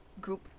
group